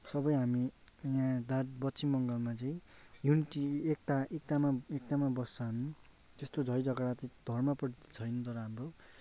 सबै हामी यहाँ दार् पश्चिम बङ्गालमा चाहिँ युनिटी एकता एकतामा एकतामा बस्छ हामी त्यस्तो झैझगडा धर्मप्रति छैन तर हाम्रो